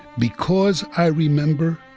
because i remember,